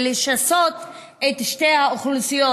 לשסות את שתי האוכלוסיות,